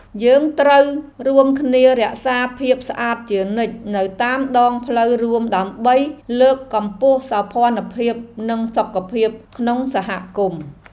យើងត្រូវរួមគ្នារក្សាភាពស្អាតជានិច្ចនៅតាមដងផ្លូវរួមដើម្បីលើកកម្ពស់សោភ័ណភាពនិងសុខភាពក្នុងសហគមន៍។